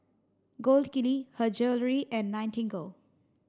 Gold Kili Her Jewellery and Nightingale